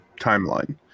timeline